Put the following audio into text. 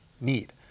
need